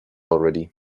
already